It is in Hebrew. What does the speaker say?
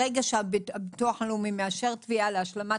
ברגע שהביטוח הלאומי מאשר תביעה להשלמת